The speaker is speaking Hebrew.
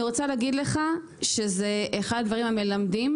אני רוצה להגיד לך שזה אחד הדברים המלמדים,